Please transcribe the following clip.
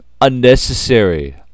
Unnecessary